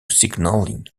signalling